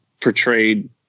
portrayed